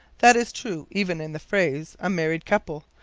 that is true, even in the phrase, a married couple,